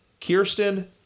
Kirsten